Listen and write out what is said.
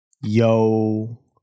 Yo